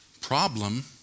problem